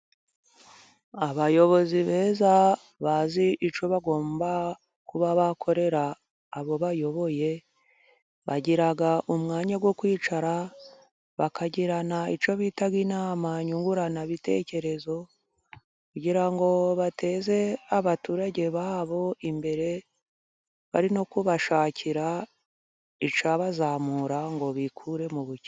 Abayobozi beza， bazi icyo bagomba kuba bakorera abo bayoboye， bagira umwanya wo kwicara bakagirana icyo bitaga inama nyunguranabitekerezo， kugira ngo bateze abaturage babo imbere，bari no kubashakira icyabazamura， ngo bikure mu bukene.